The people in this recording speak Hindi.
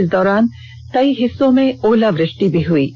इस दौरान कई हिस्सों में ओलावृष्टि भी हुई है